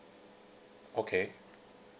okay